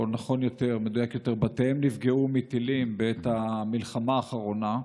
או יותר נכון בתיהם נפגעו מטילים בעת המלחמה האחרונה,